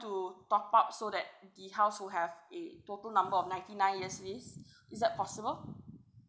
to top up so that the house will have a total number of ninety nine years lease is that possible or